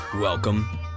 Welcome